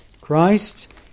Christ